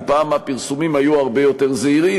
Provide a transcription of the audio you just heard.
אם פעם הפרסומים היו הרבה יותר זהירים,